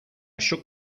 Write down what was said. shook